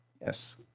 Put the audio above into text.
Yes